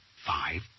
five